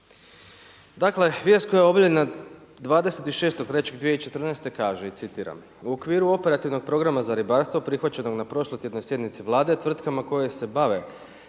Dakle, vijest koja je obavljena 26.3.2014. kaže i citiram: „U okviru operativnog programa za ribarstvo prihvaćenog na prošlotjednoj sjednici Vlade, tvrtkama koje se bave